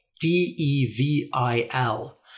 D-E-V-I-L